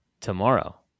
tomorrow